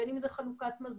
בין אם זה חלוקת מזון,